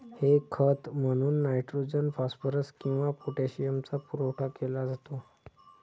हे खत म्हणून नायट्रोजन, फॉस्फरस किंवा पोटॅशियमचा पुरवठा केला जातो